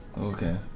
Okay